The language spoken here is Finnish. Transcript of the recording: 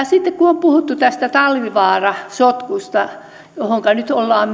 sitten kun on puhuttu tästä talvivaara sotkusta johonka nyt ollaan